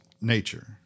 nature